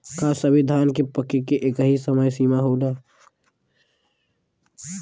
का सभी धान के पके के एकही समय सीमा होला?